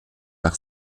par